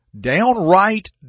downright